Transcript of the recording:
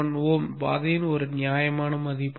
1 ohm பாதையின் ஒரு நியாயமான மதிப்பு